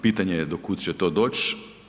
Pitanje je do kuda će to doći.